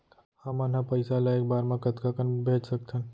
हमन ह पइसा ला एक बार मा कतका कन भेज सकथन?